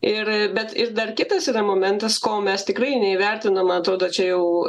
ir bet ir dar kitas yra momentas kol mes tikrai neįvertinom man atrodo čia jau